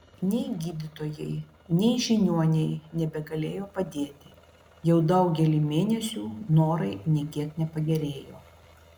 nei gydytojai nei žiniuoniai nebegalėjo padėti jau daugelį mėnesių norai nė kiek nepagerėjo